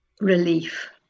relief